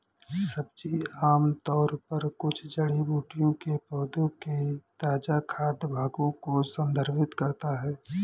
सब्जी आमतौर पर कुछ जड़ी बूटियों के पौधों के ताजा खाद्य भागों को संदर्भित करता है